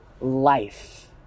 life